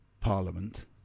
Parliament